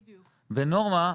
ונורמה,